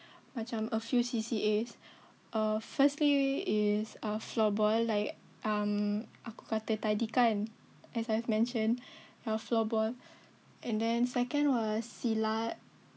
macam a few C_C_As is err firstly is ah floorball like um aku kata tadi kan as I've mentioned uh floorball and then second was silat